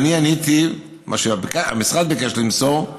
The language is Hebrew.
ואני עניתי מה שהמשרד ביקש למסור,